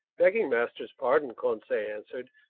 begging master's pardon, conseil answered,